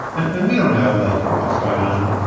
and and we don't know, like what's going on,